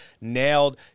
nailed